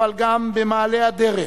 אבל גם במעלה הדרך,